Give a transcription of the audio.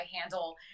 handle